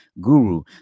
guru